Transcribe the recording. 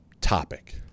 topic